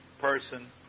person